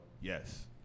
Yes